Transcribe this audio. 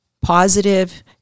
positive